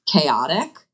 chaotic